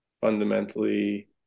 fundamentally